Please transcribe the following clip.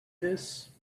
this